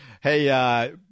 Hey